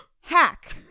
Hack